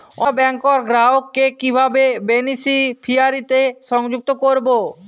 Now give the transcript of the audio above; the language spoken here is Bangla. অন্য ব্যাংক র গ্রাহক কে কিভাবে বেনিফিসিয়ারি তে সংযুক্ত করবো?